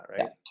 right